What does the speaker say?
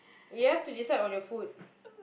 you have to decide on your food